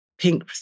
pink